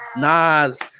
Nas